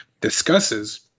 discusses